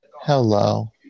Hello